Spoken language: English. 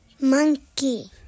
Monkey